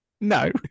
No